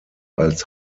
als